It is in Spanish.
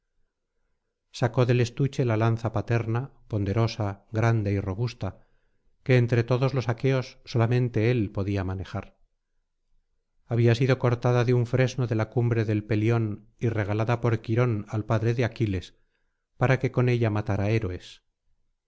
sacó del estuche la lanza paterna ponderosa grande y robusta que entre todos los aqueos solamente él podía manejar había sido cortada de un fresno de la cumbre del pellón y regalada por quirón al padre de aquiles para que con ella matara héroes